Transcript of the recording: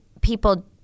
people